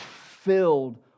filled